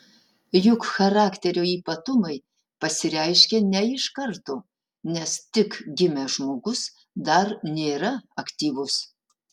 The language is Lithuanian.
juk charakterio ypatumai pasireiškia ne iš karto nes tik gimęs žmogus dar nėra aktyvus